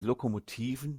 lokomotiven